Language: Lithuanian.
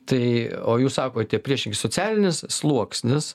tai o jūs sakote priešingai socialinis sluoksnis